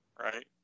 right